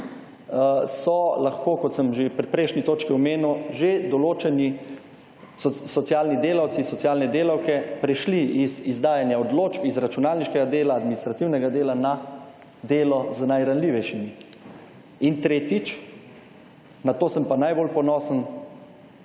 so lahko, kot sem že pri prejšnji točki omenil, že določeni socialni delavci, socialne delavke prešli iz izdajanja odločb iz računalniškega dela, administrativnega dela na delo z najranljivejšimi. In tretjič, na to sem pa najbolj ponosen,